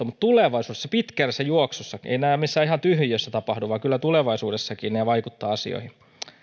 mutta tulevaisuudessa pitkässä juoksussa eivät nämä missään tyhjiössä tapahdu vaan kyllä tulevaisuudessakin ne vaikuttavat asioihin